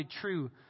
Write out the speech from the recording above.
true